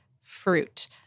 fruit